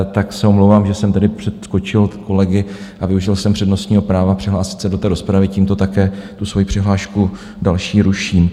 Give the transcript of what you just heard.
Tak se omlouvám, že jsem tedy přeskočil kolegy a využil jsem přednostního práva přihlásit se do té rozpravy, tímto také tu svoji přihlášku další ruším.